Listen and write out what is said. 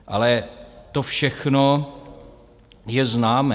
Ale to všechno je známé.